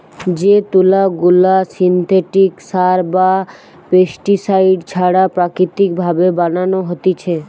যে তুলা গুলা সিনথেটিক সার বা পেস্টিসাইড ছাড়া প্রাকৃতিক ভাবে বানানো হতিছে